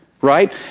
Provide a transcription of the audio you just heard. right